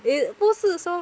也不是说